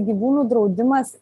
gyvūnų draudimas